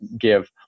give